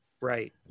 Right